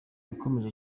yakomeje